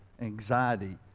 anxiety